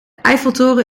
eiffeltoren